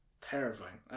terrifying